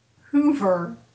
Hoover